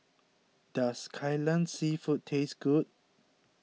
does Kai Lan Seafood taste good